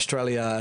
אוסטרליה.